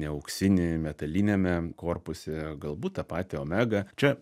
ne auksinį metaliniame korpuse galbūt tą patį omega čia